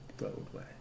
roadway